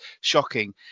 Shocking